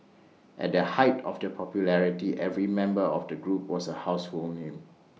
at the height of their popularity every member of the group was A house own new